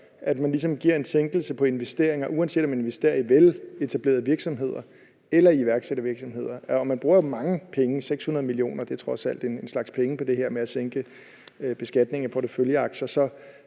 ligesom giver en sænkelse på investeringer, uanset om man investerer i veletablerede virksomheder eller iværksættervirksomheder. Man bruger jo mange penge: 600 mio. kr. er trods alt en slags penge i forhold til det her med at sænke beskatningen af porteføljeaktier.